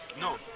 No